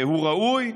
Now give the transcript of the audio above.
הוא ראוי,